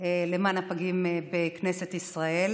למען הפגים בכנסת ישראל.